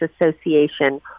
Association